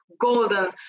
golden